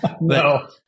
No